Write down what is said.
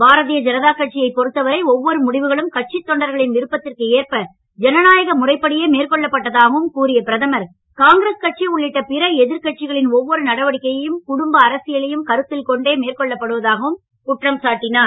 பாரதிய ஜனதா கட்சியை பொறுத்தவரை ஒவ்வொரு முடிவுகளும் கட்சித் தொண்டர்களின் விருப்பத்திற்கு ஏற்ப ஜனநாயக முறைப்படியே மேற்கொள்ளப்பட்டதாகவும் கூறிய பிரதமர் காங்கிரஸ் கட்சி உள்ளிட்ட பிற எதிர்க்கட்சிகளின் ஒவ்வொரு நடவடிக்கையும் குடும்ப அரசியலை கருத்தில் கொண்டே மேற்கொள்ளப்படுவதாகவும் பிரதமர் குற்றம் சாட்டினார்